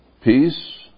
Peace